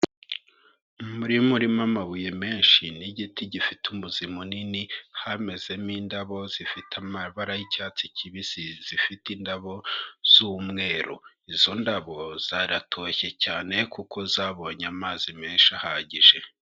Umurima urimo amabuye menshi n'igiti gifite umuzi munini, hamezemo indabo zifite amabara y'icyatsi kibisi zifite indabo z'umweru. Izo ndabo zaratoshye cyane kuko zabonye amazi menshi ahagije.